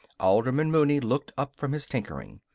alderman mooney looked up from his tinkering.